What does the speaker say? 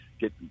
get